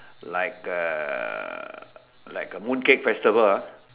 like a like a mooncake festival ah